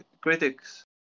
critics